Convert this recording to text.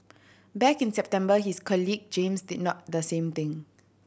back in September his colleague James did not the same thing